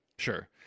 Sure